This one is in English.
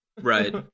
Right